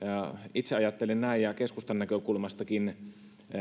itse ajattelen näin ja keskustan näkökulmastakin